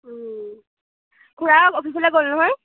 খুৰা অফিচলৈ গ'ল নহয়